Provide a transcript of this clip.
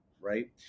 right